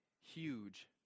huge